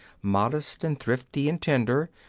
modest, and thrifty, and tender,